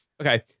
okay